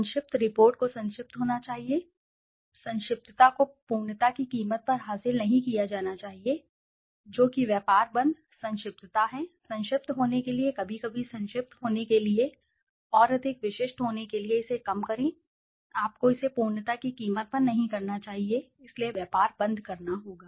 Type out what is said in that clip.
संक्षिप्त रिपोर्ट को संक्षिप्त होना चाहिए अर्थात संक्षिप्त होना चाहिए संक्षिप्तता को पूर्णता की कीमत पर हासिल नहीं किया जाना चाहिए जो कि व्यापार बंद संक्षिप्तता है संक्षिप्त होने के लिए कभी कभी संक्षिप्त होने के लिए और अधिक विशिष्ट होने के लिए इसे कम करें आपको इसे पूर्णता की कीमत पर नहीं करना चाहिए इसलिए व्यापार बंद करना होगा